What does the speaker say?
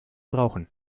brauchen